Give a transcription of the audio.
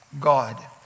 God